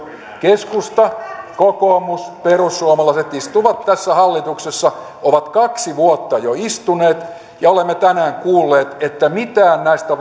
keskusta kokoomus perussuomalaiset istuvat tässä hallituksessa ovat jo kaksi vuotta istuneet ja olemme tänään kuulleet että mitään näistä